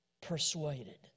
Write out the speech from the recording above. persuaded